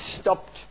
stopped